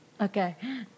Okay